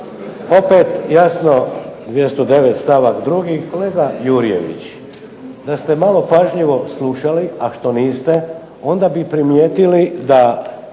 Opet jasno 209. stavak 2., kolega Jurjević da ste malo pažljivo slušali, a što niste, onda bi primijetili,